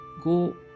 go